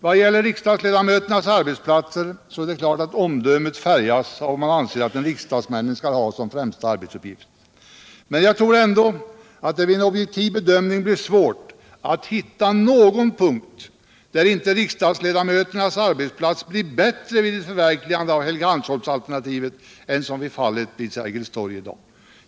Vad gäller riksdagstedamöternas arbetsplatser är det klart att omdömet färgas av vad man anser att riksdagsmännen skall ha som främsta arbetsuppgift, men jag tror ändå att det vid en objektiv bedömning blir svårt att hitta Sikt frågor på längre frågor på längre sikt någon punkt där inte ledamöternas arbetsplats blir bättre vid ett förverkligande av Helgeandsholmsalternativet än vad som är fallet vid Sergels torg i dag.